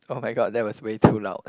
oh my god that was way too loud